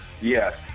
Yes